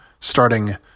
starting